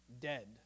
dead